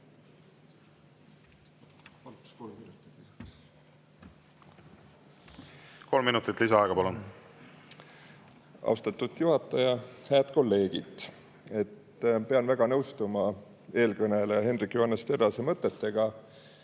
Kolm minutit lisaaega, palun! Austatud juhataja! Head kolleegid! Pean väga nõustuma eelkõneleja Hendrik Johannes Terrase mõtetega.